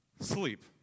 sleep